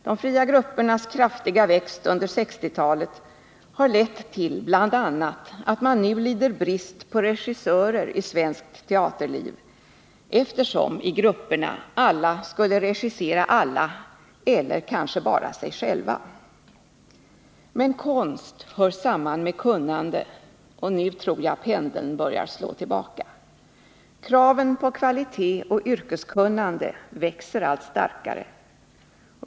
De fria gruppernas kraftiga växt under 1960-talet har lett till att man nu lider brist på regissörer i svenskt teaterliv, eftersom i grupperna alla skulle regissera alla eller kanske bara sig själva. Men konst hör samman med kunnande, och nu tror jag att pendeln börjar slå tillbaka. Kraven på kvalitet och yrkeskunnande växer allt starkare.